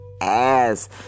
ass